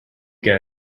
get